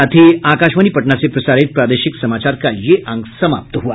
इसके साथ ही आकाशवाणी पटना से प्रसारित प्रादेशिक समाचार का ये अंक समाप्त हुआ